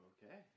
Okay